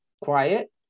quiet